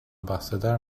bahseder